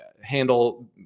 handle